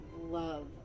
love